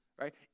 right